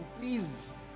please